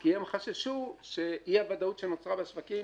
כי הם חששו שאי הוודאות שנוצרה בשווקים